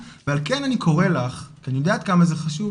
ועל כן אני קורא לך כי אני יודע עד שמה זה חשוב,